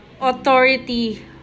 authority